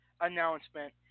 announcement